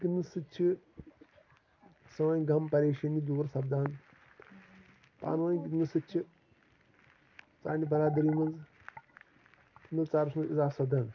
گِنٛدنہٕ سۭتۍ چھُ سٲنۍ غم پریشٲنی دوٗر سَپدان پانہٕ ٲنۍ گِنٛدنہٕ سۭتۍ چھِ سانہِ برادٔری منٛز ملژارَس منٛز اضافہٕ سَپدان